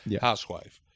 housewife